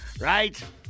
right